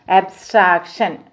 abstraction